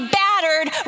battered